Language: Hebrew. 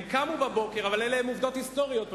אלה הן עובדות היסטוריות,